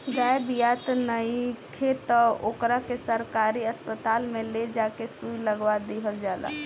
गाय बियात नइखे त ओकरा के सरकारी अस्पताल में ले जा के सुई लगवा दीहल जाला